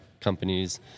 companies